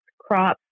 crops